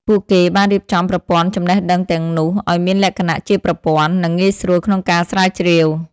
ពួកគេបានរៀបចំប្រព័ន្ធចំណេះដឹងទាំងនោះឲ្យមានលក្ខណៈជាប្រព័ន្ធ និងងាយស្រួលក្នុងការស្រាវជ្រាវ។